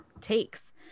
takes